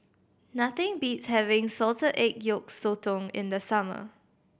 nothing beats having salted egg yolk sotong in the summer